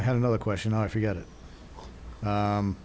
i had another question i forget it